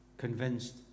convinced